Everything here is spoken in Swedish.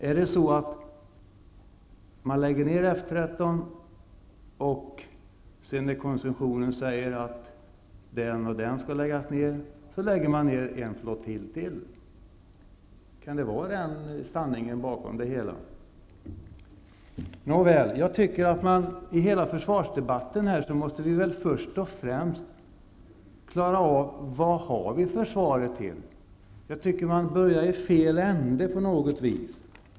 Är det så att man lägger ner F 13, och om koncessionsnämnden sedan säger att den eller den flottiljen skall läggas ner, så lägger man ner en flottilj till? Kan det vara sanningen bakom det hela? Nåväl, jag tycker att vi i försvarsdebatten först och främst måste klara ut vad vi har försvaret till. Jag tycker att man börjar i fel ände på något vis.